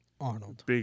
Arnold